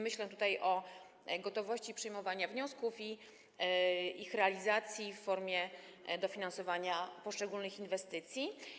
Myślę tutaj o gotowości do przyjmowania wniosków i ich realizacji w formie dofinansowania poszczególnych inwestycji.